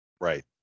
Right